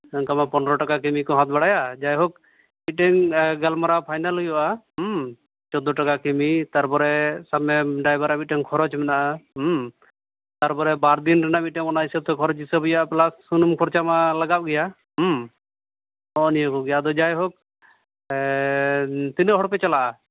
ᱚᱱᱠᱟ ᱢᱟ ᱯᱚᱱᱮᱨᱚ ᱴᱟᱠᱟ ᱠᱤᱢᱤ ᱠᱚ ᱦᱟᱠ ᱵᱷᱟᱲᱟᱭᱟ ᱡᱟᱭᱦᱳᱠ ᱢᱤᱫᱴᱮᱱ ᱜᱟᱞᱢᱟᱨᱟᱣ ᱯᱷᱟᱭᱱᱮᱞ ᱦᱩᱭᱩᱜᱼᱟ ᱪᱚᱫᱽᱫᱳ ᱴᱟᱠᱟ ᱠᱤᱢᱤ ᱛᱟᱨᱯᱚᱨᱮ ᱥᱟᱵ ᱢᱮ ᱰᱟᱭᱵᱟᱨᱟᱜ ᱢᱤᱫᱴᱮᱱ ᱠᱷᱚᱨᱚᱪ ᱢᱮᱱᱟᱜᱼᱟ ᱛᱟᱨᱯᱚᱨᱮ ᱵᱟᱨ ᱫᱤᱱ ᱨᱮᱱᱟᱜ ᱢᱤᱫᱴᱮᱱ ᱚᱱᱟ ᱦᱤᱥᱟᱹᱵᱛᱮ ᱠᱷᱚᱨᱚᱪ ᱦᱤᱥᱟᱹᱵ ᱦᱩᱭᱩᱜᱼᱟ ᱯᱞᱟᱥ ᱥᱩᱱᱩᱢ ᱦᱤᱥᱟᱹᱵ ᱦᱩᱭᱩᱜᱼᱟ ᱯᱞᱟᱥ ᱥᱩᱱᱩᱢ ᱠᱷᱚᱨᱪᱟ ᱢᱟ ᱞᱟᱜᱟᱣ ᱜᱮᱭᱟ ᱱᱚᱜᱼᱚ ᱱᱤᱭᱟᱹ ᱠᱚᱜᱮ ᱟᱫᱚ ᱡᱟᱭᱦᱳᱠ ᱛᱤᱱᱟᱹᱜ ᱦᱚᱲ ᱯᱮ ᱪᱟᱞᱟᱜᱼᱟ